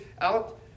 out